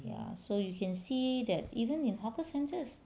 ya so you can see that even in hawker centres